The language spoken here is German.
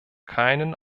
keinen